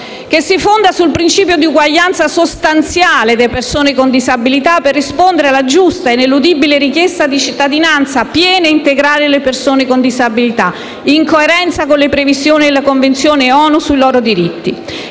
che si fonda sul principio di uguaglianza sostanziale per persone con disabilità per rispondere alla giusta e ineludibile richiesta di cittadinanza piena e integrale delle persone con disabilità, in coerenza con le previsioni e la Convenzione ONU sui loro diritti.